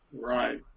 right